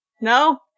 No